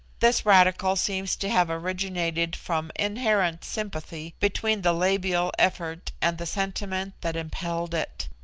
this radical seems to have originated from inherent sympathy between the labial effort and the sentiment that impelled it,